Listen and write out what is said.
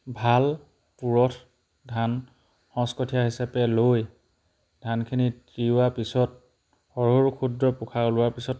ভাল পূৰঠ ধান সচ কঠীয়া হিচাপে লৈ ধানখিনি তিওৱাৰ পিছত সৰু সৰু ক্ষুদ্ৰ পোখা ওলোৱাৰ পিছত